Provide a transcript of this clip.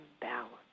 balance